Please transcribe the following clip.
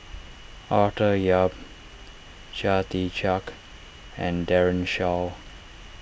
Arthur Yap Chia Tee Chiak and Daren Shiau